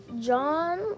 John